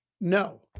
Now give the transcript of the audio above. no